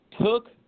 took